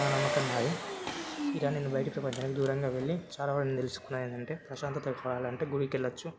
నా నమ్మకం నాది ఇలా నేను బయట ప్రపంచానికి దూరంగా వెళ్ళి చాలా వరకు నేను తెలుసుకున్నదేంటంటే ప్రశాంతత కావాలంటే గుడికెళ్ళొచ్చు